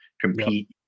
compete